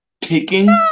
taking